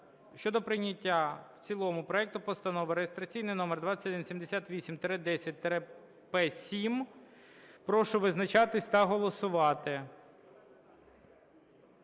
для прийняття в цілому проекту Постанови (реєстраційний номер 2178-10-П7). Прошу визначатись та голосувати.